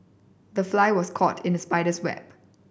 the fly was caught in the spider's web